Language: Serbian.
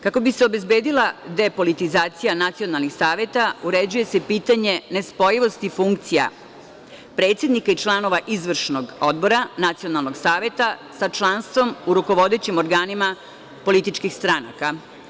Kako bi se obezbedila depolitizacija nacionalnih saveta uređuje se pitanje nespojivosti funkcija predsednika i članova izvršnog odbora nacionalnog saveta sa članstvom u rukovodećim organima političkih stranka.